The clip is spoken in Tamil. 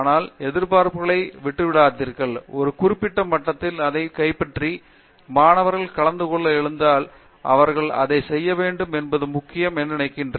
ஆனால் எதிர்பார்ப்புகளை விட்டுவிடாதீர்கள் ஒரு குறிப்பிட்ட மட்டத்தில் அதைக் கைப்பற்றி மாணவர்கள் கலந்துகொள்ள எழுந்தால் அவர்கள் அதை செய்ய வேண்டும் என்பது முக்கியம் என்று நினைக்கிறேன்